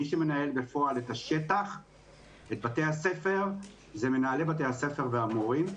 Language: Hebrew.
מי שמנהל בפועל ובשטח את בתי הספר אלה מנהלי בתי הספר והמורים,